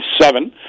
seven